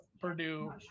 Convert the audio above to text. Purdue